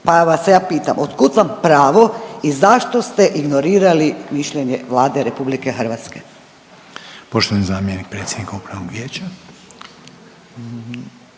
Pa vas ja pitam od kud vam pravo i zašto ste ignorirali mišljenje Vlade RH? **Reiner, Željko (HDZ)** Poštovani zamjenik predsjednika upravnog vijeća.